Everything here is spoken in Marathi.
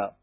लोकसभा